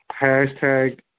hashtag